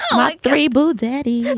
um ah three ball daddy